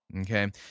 okay